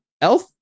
elf